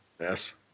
yes